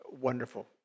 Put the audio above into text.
wonderful